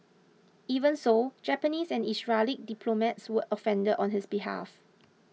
even so Japanese and Israeli diplomats were offended on his behalf